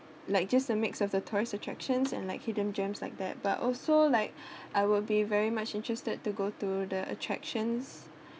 like just a mix of the tourist attractions and like hidden gems like that but also like I will be very much interested to go to the attractions